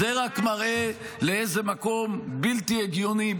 זה רק מראה לאיזה מקום בלתי הגיוני,